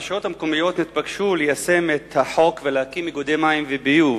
הרשויות המקומיות התבקשו ליישם את החוק ולהקים איגודי מים וביוב.